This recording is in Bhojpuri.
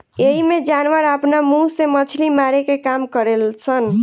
एइमें जानवर आपना मुंह से मछली मारे के काम करेल सन